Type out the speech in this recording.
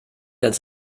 als